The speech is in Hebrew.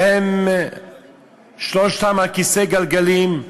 ושלושתם בכיסא גלגלים,